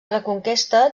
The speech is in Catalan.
reconquesta